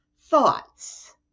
thoughts